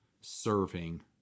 serving